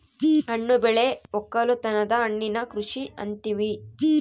ಹಣ್ಣು ಬೆಳೆ ವಕ್ಕಲುತನನ ಹಣ್ಣಿನ ಕೃಷಿ ಅಂತಿವಿ